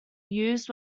used